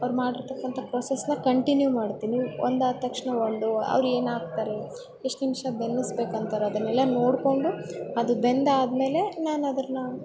ಅವ್ರು ಮಾಡಿರ್ತಕ್ಕಂಥ ಪ್ರೋಸೆಸ್ನ ಕಂಟಿನ್ಯೂ ಮಾಡ್ತೀನಿ ಒಂದಾದ ತಕ್ಷಣ ಒಂದು ಅವ್ರೇನು ಹಾಕ್ತಾರೆ ಎಷ್ಟು ನಿಮಿಷ ಬೆಯಿಸ್ಬೇಕ್ ಅಂತಾರೆ ಅದನ್ನೆಲ್ಲ ನೋಡ್ಕೊಂಡು ಅದು ಬೆಂದಾದ್ಮೇಲೆ ನಾನು ಅದನ್ನು